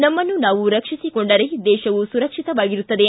ನಮ್ಮನ್ನು ನಾವು ರಕ್ಷಿಸಿಕೊಂಡರೆ ದೇಶವು ಸುರಕ್ಷಿತವಾಗಿರುತ್ತದೆ